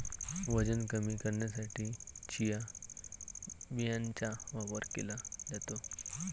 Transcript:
वजन कमी करण्यासाठी चिया बियांचा वापर केला जातो